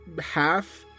half